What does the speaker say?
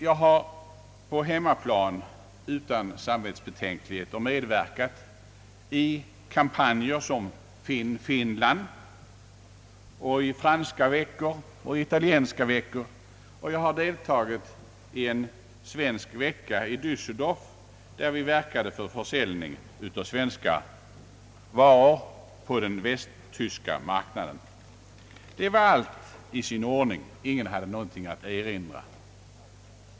Jag har på hemmaplan utan samvetsbetänkligheter medverkat i kampanjer som »Finn Finland» och i franska veckor och italienska veckor, och jag har deltagit i en svensk vecka i Dässeldorf, där vi verkade för försäljning av svenska varor på den västtyska marknaden. Det var alldeles i sin ordning. Ingen hade något att erinra.